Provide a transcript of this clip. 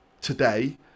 today